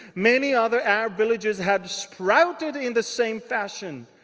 many other arab villages had sprouted in the same fashion.